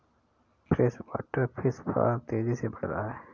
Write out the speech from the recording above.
freshwater fish farm तेजी से बढ़ रहा है